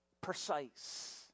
Precise